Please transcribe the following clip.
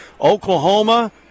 Oklahoma